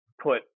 put